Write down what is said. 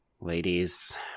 Ladies